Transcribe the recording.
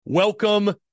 Welcome